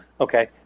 Okay